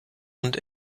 und